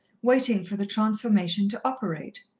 waiting for the transformation to operate.